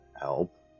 help